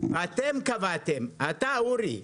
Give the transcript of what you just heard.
אתם קבעתם, אתה, אורי מקלב,